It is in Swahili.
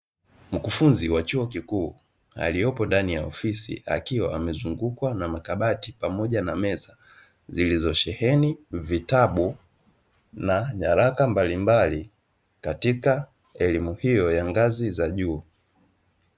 Mkufunzi wa chuo kikuu aliyopo ndani ya ofisi akiwa amezungukwa na makabati pamoja na meza zilizosheheni vitabu na nyaraka mbalimbali katika elimu hiyo ya ngazi za juu.